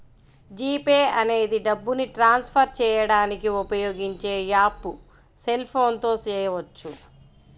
G Pay అనేది డబ్బుని transfer చేయడానికి ఉపయోగించే యాప్పు సెల్ ఫోన్ తో చేయవచ్చు